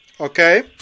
okay